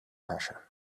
pressure